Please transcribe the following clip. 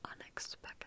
unexpected